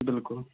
بِلکُل